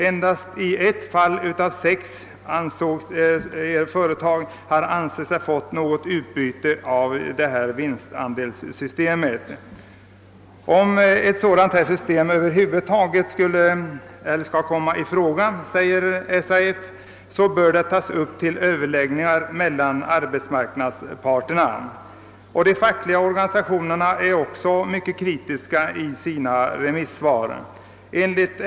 Endast ett företag av de totalt sex som tillämpat vinstdelning ansåg sig ha haft positivt utbyte av systemet.» Om ett system av detta slag över huvud taget bör komma i fråga någon gång i framtiden bör, säger SAF, utformningen av sådana system tas upp till diskussion mellan parterna på arbetsmarknaden. Även övriga fackliga organisationer är mycket kritiska i sina remissvar.